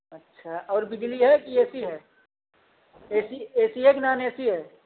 अच्छा और बिजली है कि ए सी है ए सी ए सी है कि नॉन ए सी है